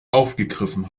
aufgegriffen